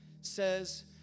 says